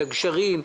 את הגשרים,